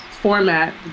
format